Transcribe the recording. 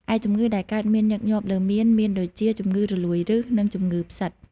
ឯជំងឺដែលកើតមានញឹកញាប់លើមៀនមានដូចជា ជំងឺរលួយឫស និង ជំងឺផ្សិត។